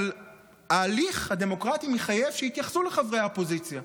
אבל ההליך הדמוקרטי מחייב שיתייחסו לחברי האופוזיציה,